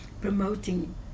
promoting